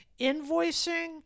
invoicing